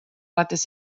alates